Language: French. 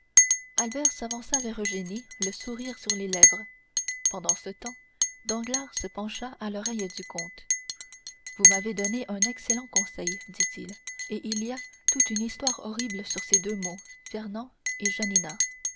albert s'avança vers eugénie le sourire sur les lèvres pendant ce temps danglars se pencha à l'oreille du comte vous m'avez donné un excellent conseil dit-il et il y a toute une histoire horrible sur ces deux mots fernand et janina